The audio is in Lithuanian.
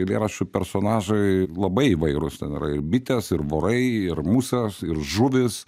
eilėraščių personažai labai įvairūs ten yra ir bitės ir vorai ir musės ir žuvys